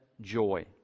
joy